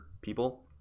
people